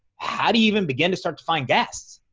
how do you even begin to start to find guests?